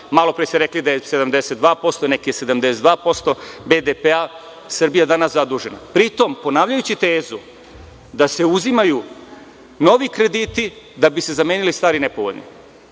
malopre ste rekli da je 72%, neka je i 72% BDP-a, Srbija danas je zadužena. Pritom, ponavljajući tezu da se uzimaju novi krediti da bi se zamenili stari nepovoljni.